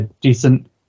decent